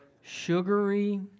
sugary